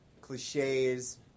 cliches